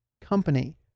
company